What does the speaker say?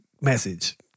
message